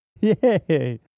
Yay